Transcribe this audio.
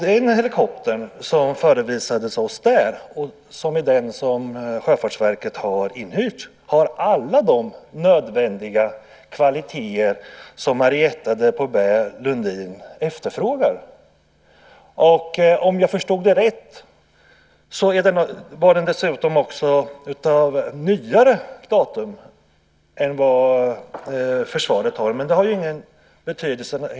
Den helikopter som alltså förevisades oss, och som är den som Sjöfartsverket hyrt in, har alla de nödvändiga kvaliteter som Marietta de Pourbaix-Lundin efterfrågar. Och om jag förstod saken rätt var den dessutom av nyare datum än de som försvaret har, vilket i och för sig inte har någon betydelse.